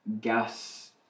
gas